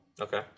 Okay